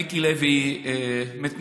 מיקי לוי מתנדב,